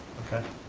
okay.